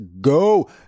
go